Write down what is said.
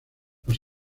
los